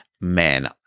Man